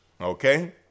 Okay